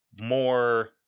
more